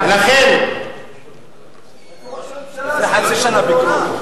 איפה ראש הממשלה?